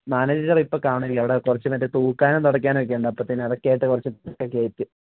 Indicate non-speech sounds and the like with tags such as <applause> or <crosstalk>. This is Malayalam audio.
മാനേജർ ഇപ്പോൾ കാണില്ല അവിടെ കുറച്ച് മറ്റേ തൂക്കാനും തുടക്കാനും ഒക്കെയുണ്ട് അപ്പത്തേന് അതൊക്കെ ആയിട്ട് കുറച്ചു <unintelligible>